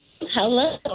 Hello